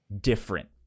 different